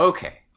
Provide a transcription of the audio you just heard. Okay